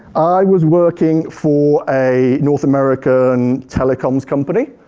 i was working for a north american telecoms company,